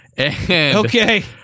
Okay